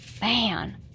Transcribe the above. man